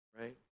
right